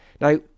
Now